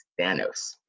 Thanos